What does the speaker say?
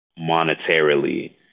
monetarily